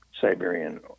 Siberian